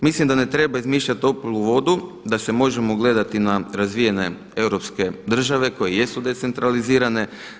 Mislim da ne treba izmišljati toplu vodu, da se možemo ugledati na razvijene europske države koje jesu decentralizirane.